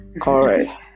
Correct